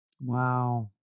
Wow